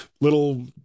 little